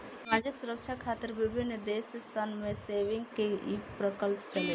सामाजिक सुरक्षा खातिर विभिन्न देश सन में सेविंग्स के ई प्रकल्प चलेला